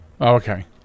Okay